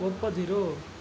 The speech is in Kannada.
ಒಪ್ಪದಿರು